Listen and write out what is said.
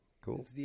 Cool